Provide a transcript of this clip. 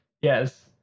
yes